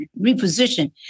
reposition